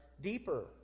deeper